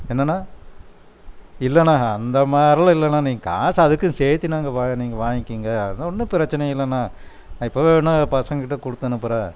என்னண்ணா இல்லைண்ணா அந்த மாரிலா இல்லைண்ணா நீங்க காசு அதுக்கும் சேர்த்தி நாங்கள் பா நீங்கள் வாங்க்கிங்க அதலாம் ஒன்றும் பிரச்சனை இல்லைண்ணா நான் இப்பவே வேணா பசங்ககிட்ட கொடுத்து அனுப்புறேன்